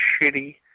shitty